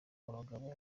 abagabo